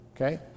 Okay